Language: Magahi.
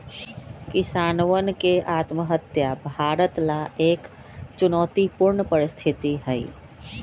किसानवन के आत्महत्या भारत ला एक चुनौतीपूर्ण परिस्थिति हई